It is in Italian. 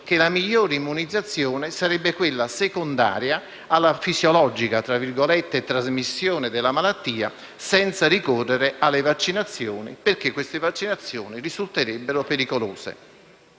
che la migliore immunizzazione sarebbe quella secondaria alla "fisiologica" trasmissione della malattia, senza ricorrere alle vaccinazioni, che risulterebbero pericolose.